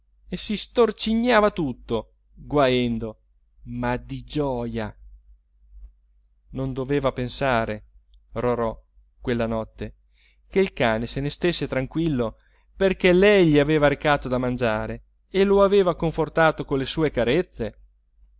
e si storcignava tutto guaendo ma di gioja non doveva pensare rorò quella notte che il cane se ne stesse tranquillo perché lei gli aveva recato da mangiare e lo aveva confortato con le sue carezze